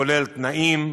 כולל תנאים,